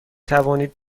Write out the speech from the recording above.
توانید